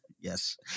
Yes